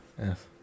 Yes